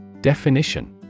Definition